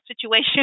situation